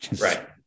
right